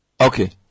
okay